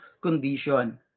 condition